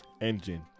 Engine